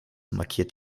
markiert